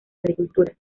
agricultura